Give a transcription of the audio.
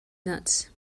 nuts